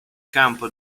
campo